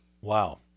Wow